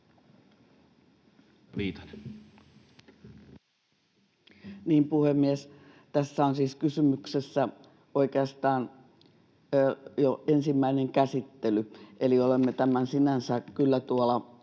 Puhemies! Tässä on siis kysymyksessä jo ensimmäinen käsittely, eli olemme tämän sinänsä kyllä tuolla